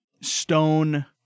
stone